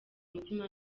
mutima